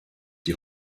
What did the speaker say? die